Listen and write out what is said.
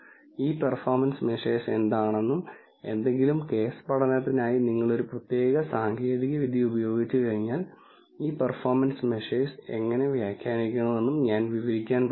ഈ performance measures എന്താണെന്നും ഏതെങ്കിലും കേസ് പഠനത്തിനായി നിങ്ങൾ ഒരു പ്രത്യേക സാങ്കേതിക വിദ്യ ഉപയോഗിച്ചുകഴിഞ്ഞാൽ ഈ പെർഫോമൻസ് മെഷേഴ്സ് എങ്ങനെ വ്യാഖ്യാനിക്കണമെന്നും ഞാൻ വിവരിക്കാൻ പോകുന്നു